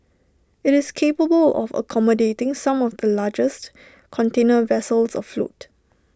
IT is capable of accommodating some of the largest container vessels afloat